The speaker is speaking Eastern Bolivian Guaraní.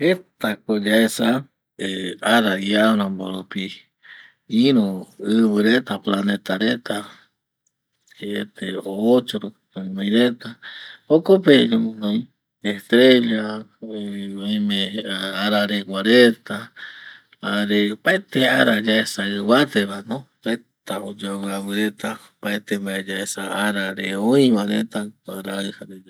Jeta ko yaesa ara iarambo rupi iru ɨvɨ reta planeta reta siete, ocho rupi ñoguɨɨnoi reta, jokope ñoguɨnoi estrella, oime araregua reta jare opaete ara yaesa ɨvate va no jeta oyoavɨ avɨ reta opaete mbae yaesa ara re oi va reta kuaraɨ jare yajɨ